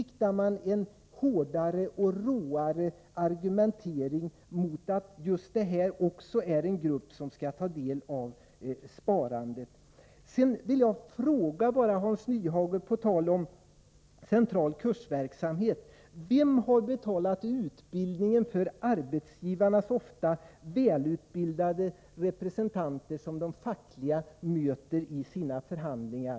Nu riktar man en hårdare och råare argumentering mot det här anslaget och anser att även detta är en grupp som skall medverka i sparandet. Sedan vill jag på tal om central kursverksamhet fråga Hans Nyhage: Vem har betalat utbildningen för arbetsgivarnas ofta välutbildade representanter, som de fackliga företrädarna möter i förhandlingar?